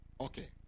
Okay